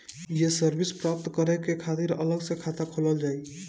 ये सर्विस प्राप्त करे के खातिर अलग से खाता खोलल जाइ?